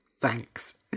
Thanks